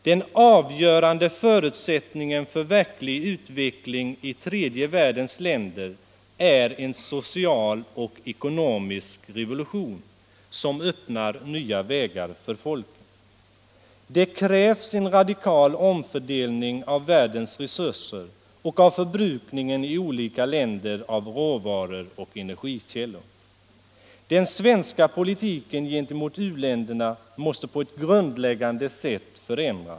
Den avgörande förutsättningen för verklig utveckling i tredje världens länder är en social och ekonomisk revolution som öppnar nya vägar för folken. Det krävs en radikal omfördelning av världens resurser och av förbrukningen i olika länder av råvaror och energikällor. Den svenska politiken gentemot u-länderna måste på ett grundläggande sätt förändras.